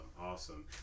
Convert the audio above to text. awesome